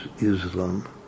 Islam